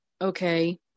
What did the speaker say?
okay